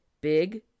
Big